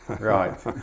right